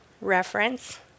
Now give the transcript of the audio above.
reference